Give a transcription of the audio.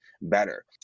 better